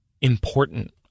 important